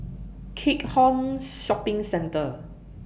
Keat Hong Shopping Centre